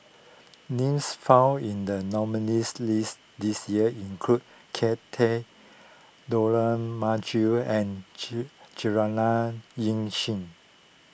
names found in the nominees' list this year include Kay Das Dollah Majid and Juliana Yasin